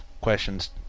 questions